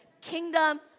kingdom